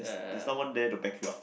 there's someone there that backed you up